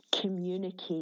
communicate